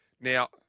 Now